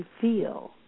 feel